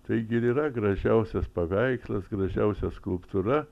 taigi ir yra gražiausias paveikslas gražiausia skulptūra